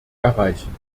erreichen